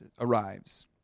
arrives